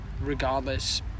regardless